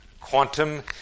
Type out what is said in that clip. quantum